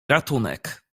ratunek